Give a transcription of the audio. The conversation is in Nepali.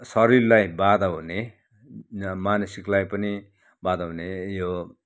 शरीरलाई बाधा हुने मानसिकलाई पनि बाधा हुने यो